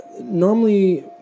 normally